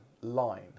line